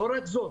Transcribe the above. לא רק זאת,